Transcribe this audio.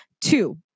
Two